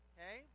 Okay